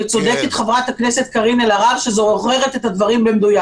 וצודקת ח"כ קארין אלהרר שזוכרת את הדברים במדויק